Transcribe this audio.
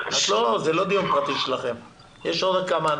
שלום,